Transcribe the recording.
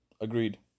Agreed